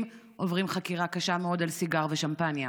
עוברים חקירה קשה מאוד על סיגר ושמפניה.